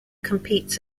competes